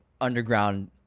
underground